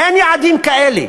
אין יעדים כאלה.